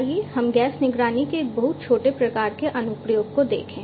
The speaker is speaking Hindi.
आइए हम गैस निगरानी के एक बहुत छोटे प्रकार के अनुप्रयोग को देखें